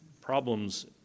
problems